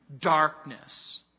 darkness